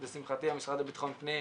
לשמחתי, המשרד לביטחון פנים,